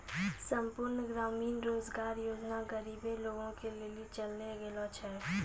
संपूर्ण ग्रामीण रोजगार योजना गरीबे लोगो के लेली चलैलो गेलो छै